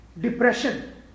depression